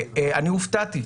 אני הופתעתי.